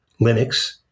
Linux